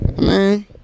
Man